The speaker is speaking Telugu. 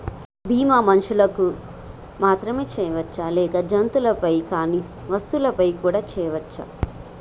బీమా మనుషులకు మాత్రమే చెయ్యవచ్చా లేక జంతువులపై కానీ వస్తువులపై కూడా చేయ వచ్చా?